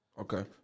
Okay